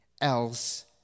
else